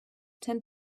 tend